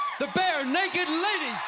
the barenaked ladies.